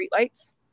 streetlights